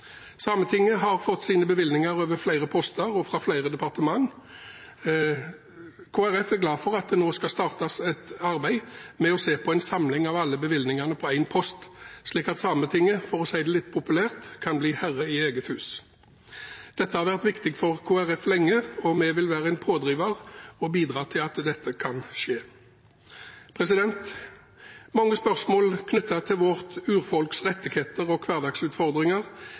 Sametinget har fått sine bevilgninger over flere poster og fra flere departement. Kristelig Folkeparti er glad for at det nå skal startes et arbeid med å samle alle bevilgningene under én post, slik at Sametinget – for å si det litt populært – kan bli herre i eget hus. Dette har vært viktig for Kristelig Folkeparti lenge, og vi vil være en pådriver og bidra til at dette kan skje. Mange spørsmål knyttet til vårt urfolks rettigheter og hverdagsutfordringer